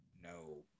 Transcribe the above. No